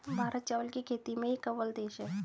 भारत चावल की खेती में एक अव्वल देश है